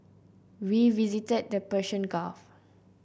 we visited the Persian Gulf